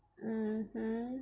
hmm hmm